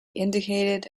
indicated